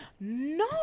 No